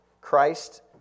Christ